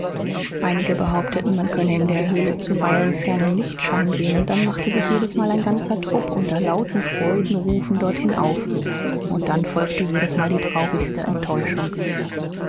einige behaupteten man könne in der höhle zuweilen fernen lichtschein sehen und dann machte sich jedesmal ein ganzer trupp unter lauten freudenrufen dorthin auf und dann folgte jedesmal die traurigste enttäuschung